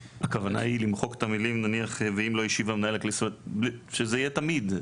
הכוונה היא נניח למחוק את המילים: ״ ואם לא השיב...״ שזה יהיה תמיד.